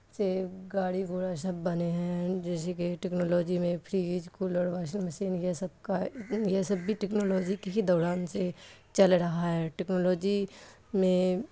سے گاڑی گھوڑا سب بنے ہیں جیسے کہ ٹیکنالوجی میں فریج کولر واشنگ مشین یہ سب کا یہ سب بھی ٹیکنالوجی کے ہی دوران سے چل رہا ہے ٹیکنالوجی میں